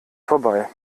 vorbei